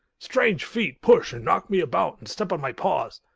strange feet push and knock me about and step on my paws.